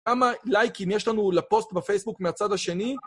כמה לייקים יש לנו לפוסט בפייסבוק מהצד השני.